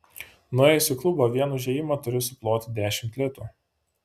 nuėjus į klubą vien už įėjimą turi suploti dešimt litų